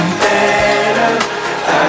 better